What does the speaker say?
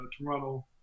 Toronto –